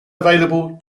available